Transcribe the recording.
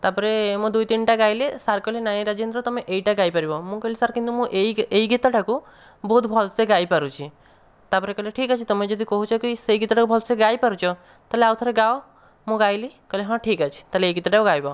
ତାପରେ ମୁଁ ଦୁଇ ତିନିଟା ଗାଇଲି ସାର୍ କହିଲେ ନାଇଁ ରାଜେନ୍ଦ୍ର ତୁମେ ଏଇଟା ଗାଇପାରିବ ମୁଁ କହିଲି ସାର୍ କିନ୍ତୁ ମୁଁ ଏହି ଏହି ଗୀତଟାକୁ ବହୁତ ଭଲ ସେ ଗାଇପାରୁଛି ତାପରେ କହିଲେ ଠିକ୍ ଅଛି ତୁମେ ଯଦି କହୁଛ କି ସେହି ଗୀତଟାକୁ ଭଲସେ ଗାଇପାରୁଛ ତାହେଲେ ଆଉଥରେ ଗାଅ ମୁଁ ଗାଇଲି କହିଲେ ହଁ ଠିକ୍ ଅଛି ତାହେଲେ ଏହି ଗୀତଟାକୁ ଗାଇବ